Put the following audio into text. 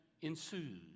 ensues